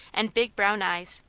and big brown eyes.